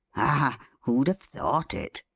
ah! who'd have thought it!